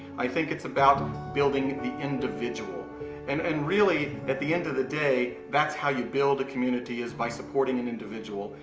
i think it's about building the individual and and really at the end of the day that's how you build a community is by supporting an individual.